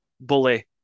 Bully